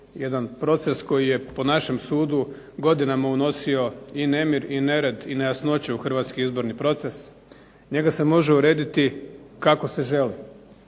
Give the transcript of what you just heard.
Jedan proces koji je po našem sudu godinama unosio i nered i nejasnoće u Hrvatski izborni proces, njega se može urediti kako se želi.